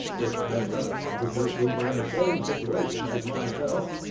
with many other officers who were in the same situation as myself,